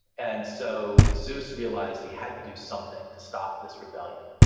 and so, zeus realized he had to do something to stop this rebellion,